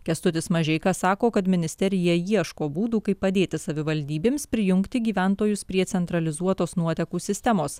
kęstutis mažeika sako kad ministerija ieško būdų kaip padėti savivaldybėms prijungti gyventojus prie centralizuotos nuotekų sistemos